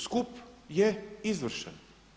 Skup je izvršen.